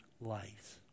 lives